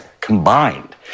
combined